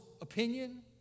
opinion